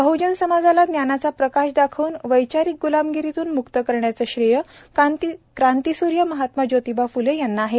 बह्जन समाजाला ज्ञानाचा प्रकाश दाखवून वैचारिक गुलामगिरीतून मुक्त करण्याचं श्रेय क्रांतीसूर्य महात्मा ज्योतीबा फ्ले यांना आहे